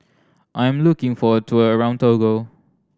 I am looking for a tour around Togo